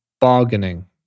bargaining